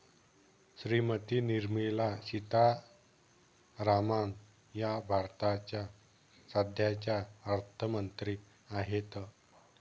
श्रीमती निर्मला सीतारामन या भारताच्या सध्याच्या अर्थमंत्री आहेत